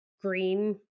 green